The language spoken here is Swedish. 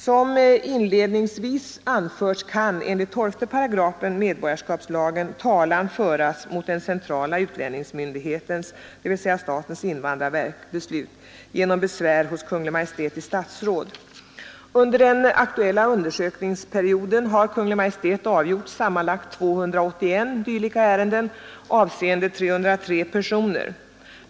Som inledningsvis anförts kan enligt 12 § medborgarskapslagen talan föras mot den centrala utlänningsmyndighetens — dvs. statens invandrarverk — beslut genom besvär hos Kungl. Maj:t i statsrådet. Under den aktuella undersökningsperioden har Kungl. Maj:t avgjort sammanlagt 281 dylika ärenden, avseende 303 personer.